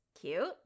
Cute